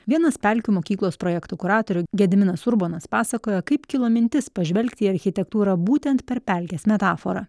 vienas pelkių mokyklos projektų kuratorių gediminas urbonas pasakojo kaip kilo mintis pažvelgti į architektūrą būtent per pelkės metaforą